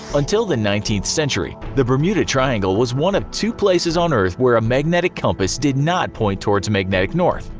until the nineteenth century the bermuda triangle was one of two places on earth where a magnetic compass did not point towards magnetic north,